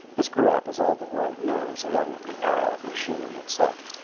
this grew up, as all the world knows, along with the era of machinery itself.